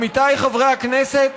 עמיתיי חברי הכנסת,